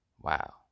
wow